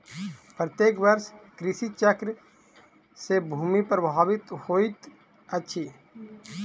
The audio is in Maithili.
प्रत्येक वर्ष कृषि चक्र से भूमि प्रभावित होइत अछि